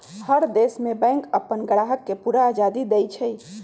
हर देश में बैंक अप्पन ग्राहक के पूरा आजादी देई छई